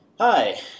Hi